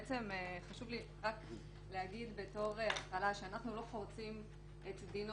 חשוב לי להגיד בתור התחלה שאנחנו לא חורצים את דינו